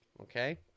Okay